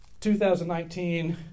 2019